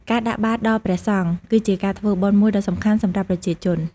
ការដាក់បាតដល់ព្រះសង្ឃ គឺជាការធ្វើបុណ្យមួយដ៏សំខាន់សម្រាប់ប្រជាជន។